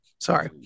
Sorry